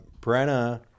Brenna